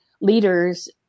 leaders